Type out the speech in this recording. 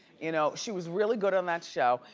you know, she was really good on that show,